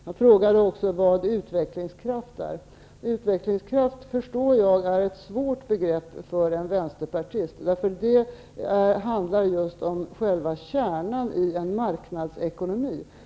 Han frågade också vad utvecklingskraft är. Utvecklingskraft förstår jag är ett svårt begrepp för en vänsterpartist. Det handlar just om själva kärnan i en marknadsekonomi.